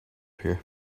here